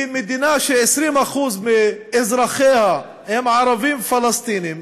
כי מדינה ש-20% מאזרחיה הם ערבים פלסטינים